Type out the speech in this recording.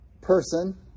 person